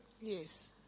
Yes